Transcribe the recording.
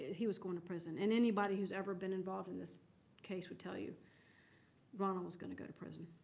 he was going to prison. and anybody who's ever been involved in this case would tell you ronald was going to go to prison.